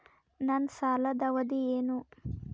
ನನ್ನ ಸಾಲದ ಅವಧಿ ಏನು?